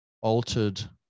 altered